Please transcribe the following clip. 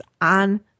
on